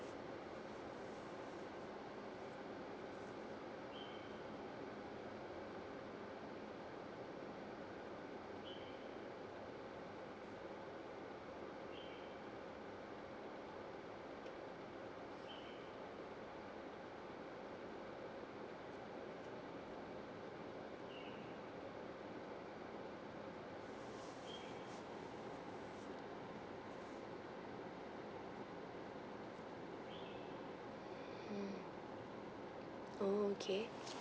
mm oo okay